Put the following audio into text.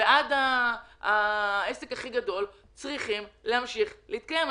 ועד העסק הכי גדול ימשיך להתקיים.